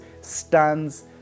stands